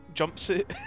jumpsuit